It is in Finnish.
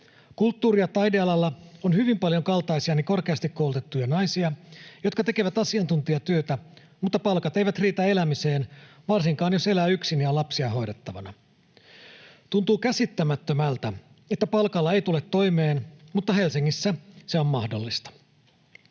Kulttuuri- ja taidealalla on hyvin paljon kaltaisiani korkeasti koulutettuja naisia, jotka tekevät asiantuntijatyötä, mutta palkat eivät riitä elämiseen, varsinkaan jos elää yksin ja on lapsia hoidettavana. Tuntuu käsittämättömältä, että palkalla ei tule toimeen, mutta Helsingissä se on mahdollista.